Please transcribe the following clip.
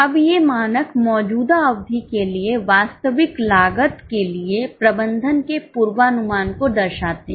अब ये मानक मौजूदा अवधि के लिए वास्तविक लागत के लिए प्रबंधन के पूर्वानुमान को दर्शाते हैं